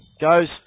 Goes